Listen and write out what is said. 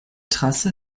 trasse